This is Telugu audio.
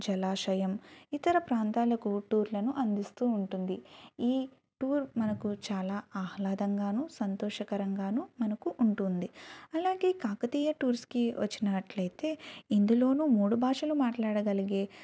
జలాశయం ఇతర ప్రాంతాలకు టూర్లను అందిస్తూ ఉంది ఈ టూర్ మనకు చాలా ఆహ్లదంగాను సంతోషకరంగానూ మనకు ఉంటుంది అలాగే కాకతీయ టూర్స్కి వచ్చిన వచ్చినట్లయితే ఇందులోనూ మూడు భాషలు మాట్లాడగలిగే